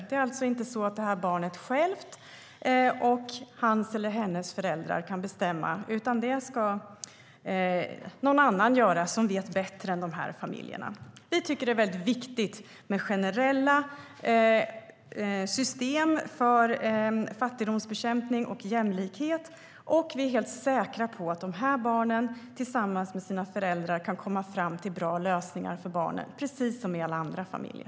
Dessa barn eller barnens föräldrar ska alltså inte kunna bestämma, utan det ska någon annan göra som vet bättre än dessa familjer. Vi tycker att det är mycket viktigt med generella system för fattigdomsbekämpning och jämlikhet. Vi är helt säkra på att dessa barn tillsammans med sina föräldrar kan komma fram till bra lösningar för barnen, precis som alla andra familjer.